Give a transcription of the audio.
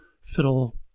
fiddle